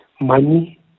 money